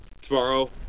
tomorrow